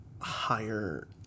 higher